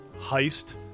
heist